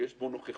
שיש בו נוכחות